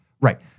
right